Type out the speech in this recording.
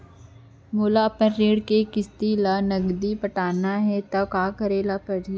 मोला अपन ऋण के किसती ला नगदी पटाना हे ता का करे पड़ही?